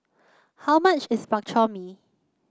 how much is Bak Chor Mee